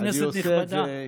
כנסת נכבדה,